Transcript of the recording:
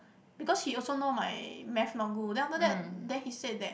because he also know my math not good then after that then he said that